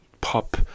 pop